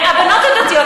והבנות הדתיות,